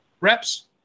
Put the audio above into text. reps